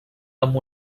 amb